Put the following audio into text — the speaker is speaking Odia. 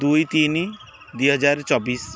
ଦୁଇ ତିନି ଦୁଇ ହଜାର ଚବିଶି